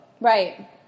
Right